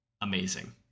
amazing